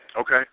Okay